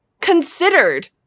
considered